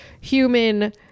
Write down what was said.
human